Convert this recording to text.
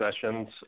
sessions